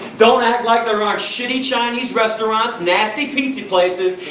don't act like there aren't shitty chinese restaurants, nasty pizza places,